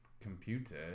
computer